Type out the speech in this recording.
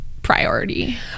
priority